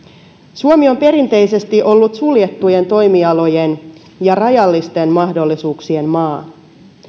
suomi on perinteisesti ollut suljettujen toimialojen ja rajallisten mahdollisuuksien maa